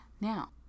now